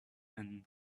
and